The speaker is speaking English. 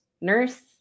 nurse